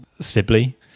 Sibley